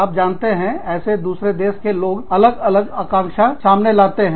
आप जानते हैं ऐसे दूसरे देश में लोगों अलग अलग आकांक्षा के सामने लाते हैं